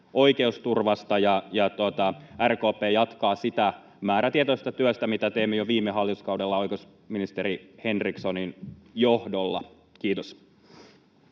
oikeusturvasta. RKP jatkaa sitä määrätietoista työtä, mitä teimme jo viime hallituskaudella oikeusministeri Henrikssonin johdolla. — Kiitos.